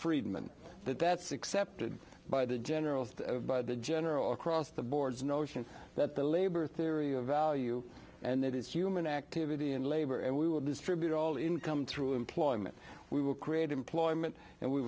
but that's accepted by the general by the general across the boards notion that the labor theory of value and that it's human activity and labor and we will distribute all income through employment we will create employment and we